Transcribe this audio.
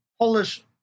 Polish